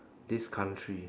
this country